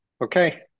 Okay